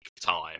time